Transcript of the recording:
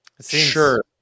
Sure